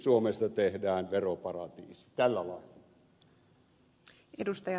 suomesta tehdään veroparatiisi tällä lailla